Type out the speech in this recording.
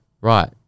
Right